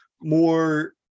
more